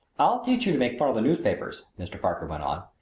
i'll teach you to make fun of the newspapers, mr. parker went on.